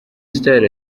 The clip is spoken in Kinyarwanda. style